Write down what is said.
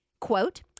Quote